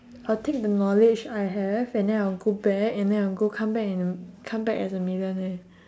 I'll take the knowledge I have and then I'll go back and then I'll go come back and come back as a millionaire